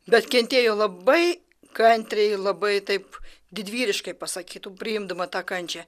bet kentėjo labai kantriai labai taip didvyriškai pasakytum priimdama tą kančią